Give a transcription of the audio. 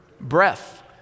breath